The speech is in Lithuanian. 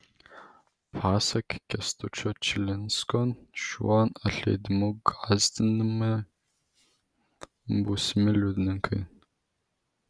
pasak kęstučio čilinsko šiuo atleidimu gąsdinami būsimi liudininkai